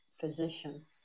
physician